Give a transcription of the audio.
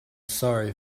sorry